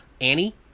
annie